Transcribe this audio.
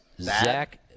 Zach